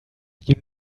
you